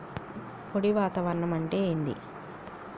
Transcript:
పొడి వాతావరణం అంటే ఏంది?